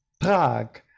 Prague